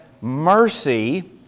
mercy